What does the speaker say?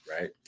Right